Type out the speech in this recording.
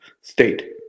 state